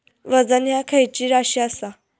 वजन ह्या खैची राशी असा?